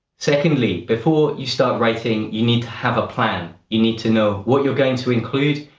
secondly, before you start writing, you need to have a plan. you need to know what you're going to include,